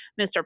Mr